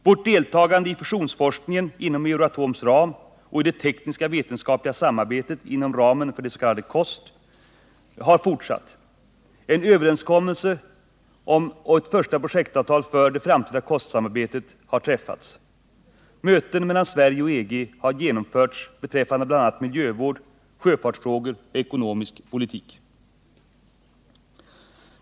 Vårt deltagande i fusionsforskningen inom Euratoms ram och i det teknisk-vetenskapliga samarbetet inom ramen för det s.k. COST har fortsatt. En överenskommelse om och ett första projektavtal för det framtida COST-samarbetet har träffats. Möten mellan Sverige och EG har genomförts beträffande bl.a. miljövård, sjöfartsfrågor och ekonomisk politik.